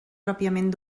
pròpiament